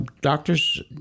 doctors